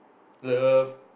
love